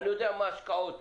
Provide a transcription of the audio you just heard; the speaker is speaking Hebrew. מה ההשקעות,